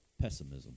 pessimism